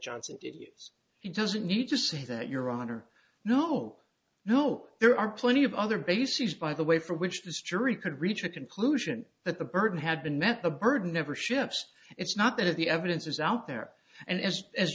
johnson did use he doesn't need to say that your honor no no there are plenty of other bases by the way for which this jury could reach a conclusion that the burden had been met the burden never ships it's not that of the evidence is out there and a